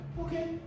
okay